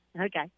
Okay